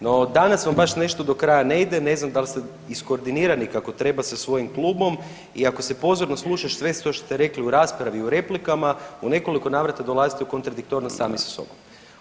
No, danas vam baš nešto do kraja ne ide, ne znam jeste li iskoordinirani kako treba sa svojim klubom i ako se pozorno sluša sve što ste rekli u raspravi i u replikama, u nekoliko navrata dolazite u kontradiktornost sami sa sobom.